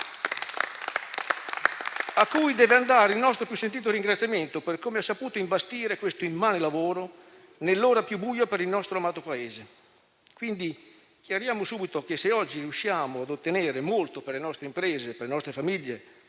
a cui deve andare il nostro più sentito ringraziamento per come ha saputo imbastire questo immane lavoro nell'ora più buia per il nostro amato Paese. Quindi chiariamo subito che, se oggi riusciamo a ottenere molto per le nostre imprese, per le nostre famiglie